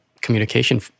communication